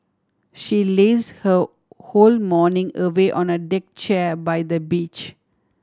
she laze her whole morning away on a deck chair by the beach